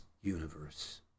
universe